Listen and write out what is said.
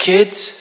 Kids